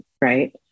Right